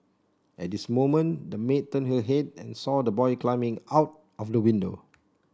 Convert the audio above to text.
at this moment the maid turned her head and saw the boy climbing out of the window